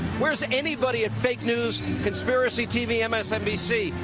where is anybody in fake news, conspiracy tv or msnbc?